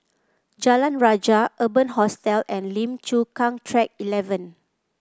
Jalan Rajah Urban Hostel and Lim Chu Kang Track Eleven